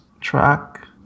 track